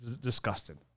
disgusting